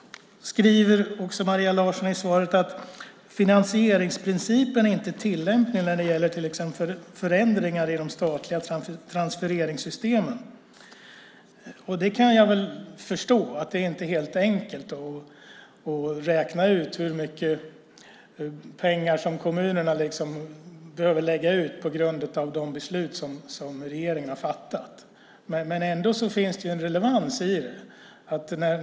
Maria Larsson skriver också att finansieringsprincipen inte är tillämplig när det gäller till exempel förändringar i de statliga transfereringssystemen. Jag kan förstå att det inte är helt enkelt att räkna ut hur mycket pengar kommunerna behöver lägga ut till följd av de beslut som regeringen har fattat. Det finns ändå en relevans i det.